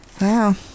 Wow